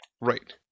Right